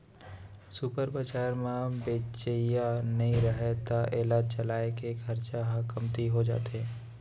super बजार म बेचइया नइ रहय त एला चलाए के खरचा ह कमती हो जाथे